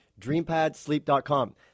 DreamPadSleep.com